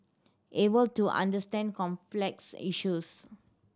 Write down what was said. able to understand complex issues